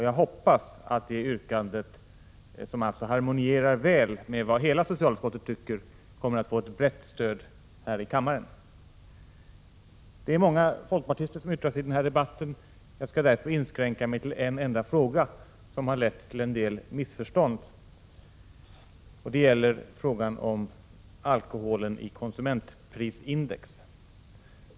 Jag hoppas att detta yrkande, som alltså harmonierar väl med hela socialutskottets uppfattning, kommer att få ett brett stöd här i kammaren. Det är många folkpartister som yttrar sig i denna debatt, och jag skall därför inskränka mig till en enda fråga, som har lett till en del missförstånd, och det gäller frågan om alkoholen i konsumentprisindex.